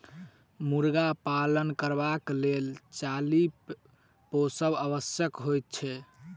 मुर्गा पालन करबाक लेल चाली पोसब आवश्यक होइत छै